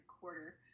quarter